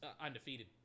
undefeated